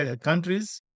countries